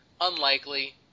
unlikely